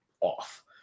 off